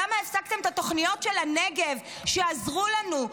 למה הפסקתם את התוכניות של הנגב שעזרו לנו,